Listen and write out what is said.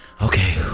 Okay